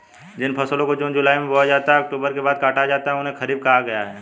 जिन फसलों को जून जुलाई में बोया जाता है और अक्टूबर के बाद काटा जाता है उन्हें खरीफ कहा गया है